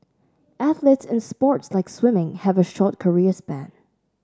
athletes in sports like swimming have a short career span